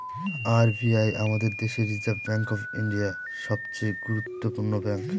R B I আমাদের দেশের reserve bank of India, সবচে গুরুত্বপূর্ণ ব্যাঙ্ক